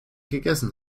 gegessen